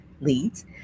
leads